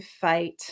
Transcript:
fight